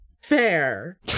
Fair